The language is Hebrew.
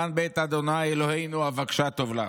למען בית ה' אלהינו אבקשה טוב לך".